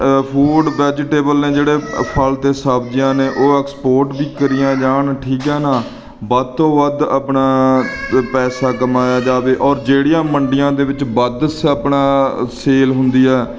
food vegetable ਨੇ ਜਿਹੜੇ ਫਲ ਅਤੇ ਸਬਜ਼ੀਆਂ ਨੇ ਉਹ ਐਕਸਪੋਰਟ ਵੀ ਕਰੀਆਂ ਜਾਣ ਠੀਕ ਏ ਨਾ ਵੱਧ ਤੋਂ ਵੱਧ ਆਪਣਾ ਪੈਸਾ ਕਮਾਇਆ ਜਾਵੇ ਔਰ ਜਿਹੜੀਆਂ ਮੰਡੀਆਂ ਦੇ ਵਿੱਚ ਵੱਧ ਸ ਆਪਣਾ ਸੇਲ ਹੁੰਦੀ ਆ